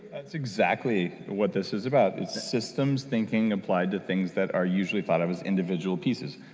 that's exactly what this is about. it's systems thinking applied to things that are usually thought of as individual pieces,